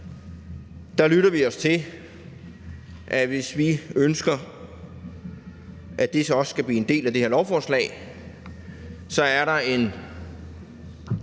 så lytter vi os til, at hvis vi ønsker, at det også skal blive en del af det her lovforslag, så er der en